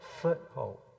foothold